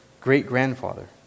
great-grandfather